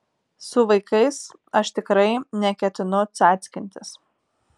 su vaikais aš tikrai neketinu cackintis